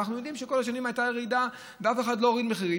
אנחנו יודעים שכל השנים הייתה ירידה ואף אחד לא הוריד מחירים,